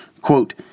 quote